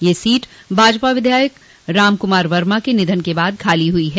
यह सीट भाजपा विधायक राम कुमार वर्मा के निधन के बाद खाली हुई है